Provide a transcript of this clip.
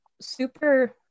super